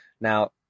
Now